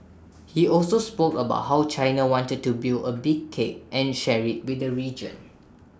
he also spoke about how China wanted to build A big cake and share IT with the region